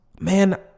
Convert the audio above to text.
man